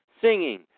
Singing